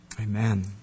Amen